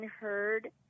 heard